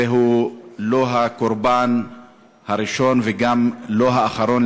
זהו לא הקורבן הראשון וגם לא האחרון,